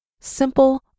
simple